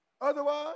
Otherwise